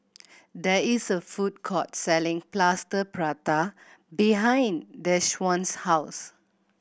there is a food court selling Plaster Prata behind Deshawn's house